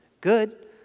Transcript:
good